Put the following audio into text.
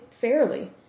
fairly